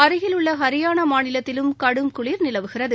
அருகில் உள்ள ஹரியானா மாநிலத்திலும் கடும் குளிா் நிலவுகிறது